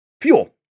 fuel